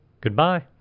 Goodbye